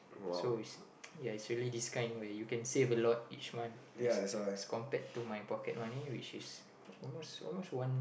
so it's ya it's really this kind where you can save a lot each month as as compared to my pocket money which is almost almost one